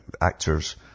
actors